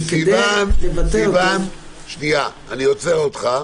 שכדי לבטל אותו --- סיון, אני עוצר אותך,